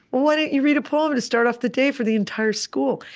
well, why don't you read a poem to start off the day for the entire school?